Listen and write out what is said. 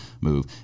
move